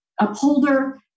Upholder